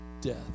death